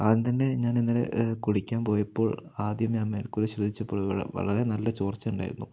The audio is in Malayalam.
അദ്യം തന്നെ ഞാൻ ഇന്നലെ കുളിക്കാൻ പോയപ്പോൾ ആദ്യം ഞാൻ മേൽക്കൂര ശ്രദ്ധിച്ചപ്പോള് വളരെ നല്ല ചോർച്ചയുണ്ടായിരുന്നു